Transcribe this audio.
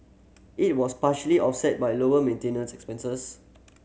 it was partially offset by lower maintenance expenses